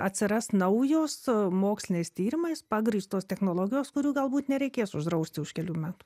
atsiras naujo su moksliniais tyrimais pagrįstos technologijos kurių galbūt nereikės uždrausti už kelių metų